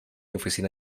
oficina